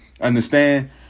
Understand